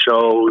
shows